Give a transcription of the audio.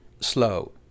Slow